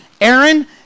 Aaron